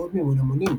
באמצעות מימון המונים.